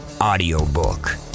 audiobook